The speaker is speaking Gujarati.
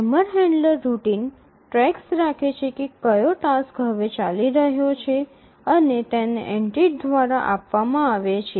ટાઈમર હેન્ડલર રૂટીન ટ્રેક્સ રાખે છે કે કયો ટાસ્ક હવે ચાલી રહ્યો છે અને તેને એન્ટ્રી દ્વારા આપવામાં આવે છે